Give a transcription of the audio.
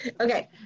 Okay